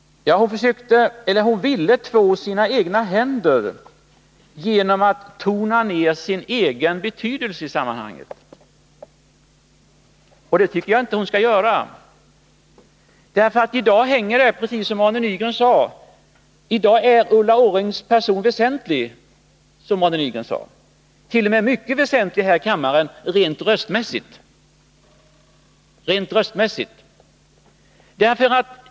Hon ville två sina händer genom att tona ned sin egen betydelse i sammanhanget. Det tycker jag inte hon skall göra. I dag är, precis som Arne Nygren sade, Ulla Orrings person väsentlig —t.o.m. mycket väsentlig — här i kammaren rent röstmässigt.